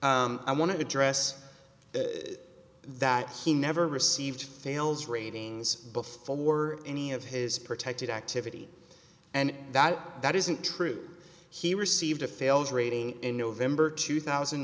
this i want to address that he never received fails ratings before any of his protected activity and that that isn't true he received a failed rating in november two thousand